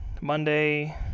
Monday